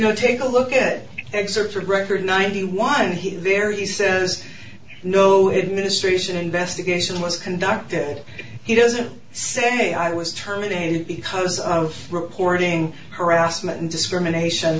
know take a look at excerpts of record ninety one he very he says no administration investigation was conducted he doesn't say i was terminated because of reporting harassment and discrimination